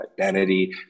identity